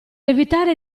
evitare